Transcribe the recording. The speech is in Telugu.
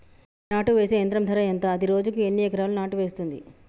నాటు వేసే యంత్రం ధర ఎంత? అది రోజుకు ఎన్ని ఎకరాలు నాటు వేస్తుంది?